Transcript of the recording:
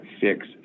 fix